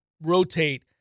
rotate